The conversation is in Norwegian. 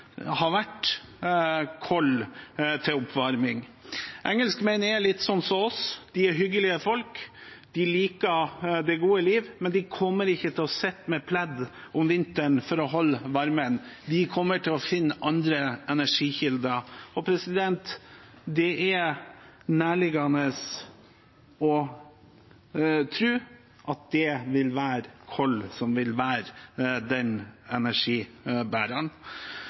ha vært kull til oppvarming. Engelskmennene er litt som oss: De er hyggelige folk som liker det gode liv, men de kommer ikke til å sitte med pledd om vinteren for å holde varmen. De kommer til å finne andre energikilder. Det er nærliggende å tro at kull vil være den energibæreren.